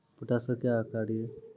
Potash का क्या कार्य हैं?